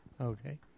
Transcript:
Okay